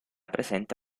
presente